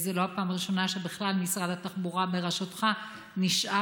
וזאת לא הפעם הראשונה שבכלל משרד התחבורה בראשותך נשאל.